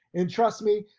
and trust me,